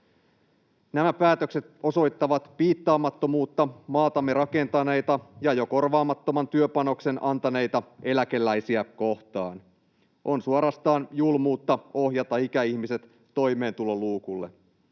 Nämä päätökset osoittavat piittaamattomuutta maatamme rakentaneita ja jo korvaamattoman työpanoksen antaneita eläkeläisiä kohtaan. On suorastaan julmuutta ohjata ikäihmiset toimeentuloluukulle.